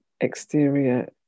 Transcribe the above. exterior